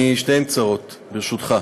שתיהן קצרות, ברשותך.